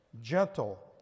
gentle